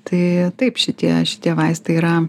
tai taip šitie šitie vaistai yra